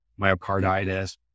myocarditis